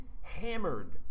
hammered